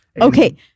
okay